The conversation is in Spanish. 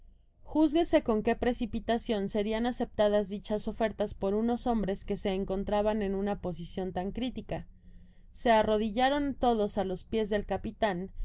at juzguese con qué precipitacion serian aceptadas dichas ofertas por unos hombres que se encontraban en una posicion tan critica se arrodillaron todos á los pies del capitan